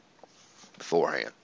beforehand